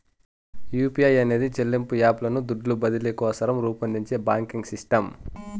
UPI అనేది చెల్లింపు app లను దుడ్లు బదిలీ కోసరం రూపొందించే బాంకింగ్ సిస్టమ్